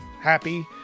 happy